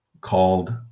called